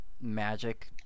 magic